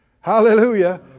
Hallelujah